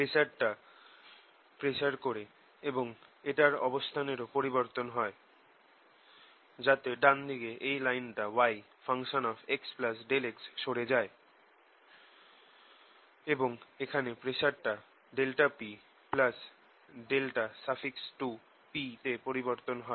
প্রেসারটা প্রসার করে এবং এটার অবস্থানেরও পরিবর্তন হয় যাতে ডান দিকে এই লাইনটা yx∆x সরে যায় এবং এখানে প্রেসারটা ∆p∆2p তে পরিবর্তন হয়